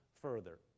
further